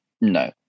no